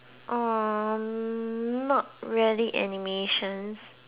hmm not really animations